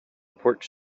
porch